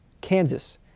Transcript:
Kansas